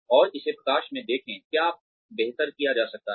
और इसे प्रकाश में देखें क्या बेहतर किया जा सकता है